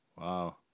wow